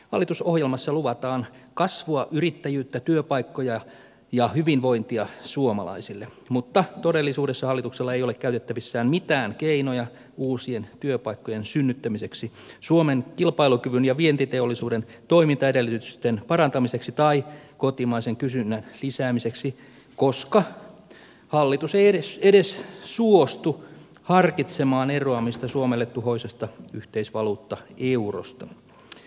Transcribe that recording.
hallitusohjelmassa luvataan kasvua yrittäjyyttä työpaikkoja ja hyvinvointia suomalaisille mutta todellisuudessa hallituksella ei ole käytettävissään mitään keinoja uusien työpaikkojen synnyttämiseksi suomen kilpailukyvyn ja vientiteollisuuden toimintaedellytysten parantamiseksi tai kotimaisen kysynnän lisäämiseksi koska hallitus ei edes suostu harkitsemaan eroamista suomelle tuhoisasta yhteisvaluutta eurosta